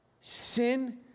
Sin